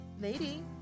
Lady